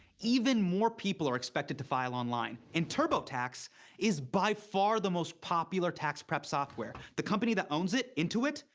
even more people are expected to file online. and turbotax is by far the most popular tax prep software. the company that owns it, intuit,